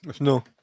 no